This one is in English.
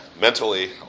mentally